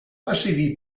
decidir